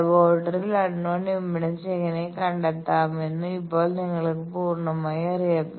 ലബോറട്ടറിയിൽ unknown impedance എങ്ങനെ കണ്ടെത്താമെന്ന് ഇപ്പോൾ നിങ്ങൾക്ക് പൂർണ്ണമായി അറിയാം